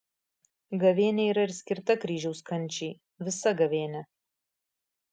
gavėnia yra ir skirta kryžiaus kančiai visa gavėnia